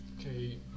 Okay